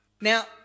Now